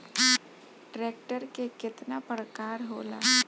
Tractor के केतना प्रकार होला?